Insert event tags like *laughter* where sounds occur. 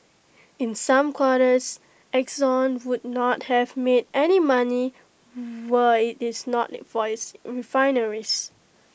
in some quarters exxon would not have made any money were IT is not *noise* for its refineries